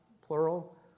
plural